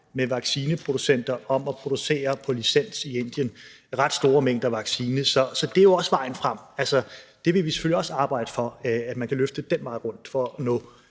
med vaccineproducenter om at producere ret store mængder vaccine på licens i Indien. Så det er jo også vejen frem; det vil vi selvfølgelig også arbejde for, altså at man kan løfte det den vej rundt for at nå